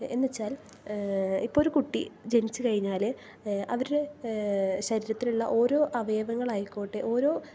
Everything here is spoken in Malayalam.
എന്നു വെച്ചാൽ ഇപ്പൊരു കുട്ടി ജനിച്ചു കഴിഞ്ഞാൽ അവരുടെ ശരീരത്തിലുള്ള ഓരോ അവയവങ്ങൾ ആയിക്കോട്ടെ ഓരോ